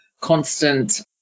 constant